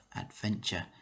Adventure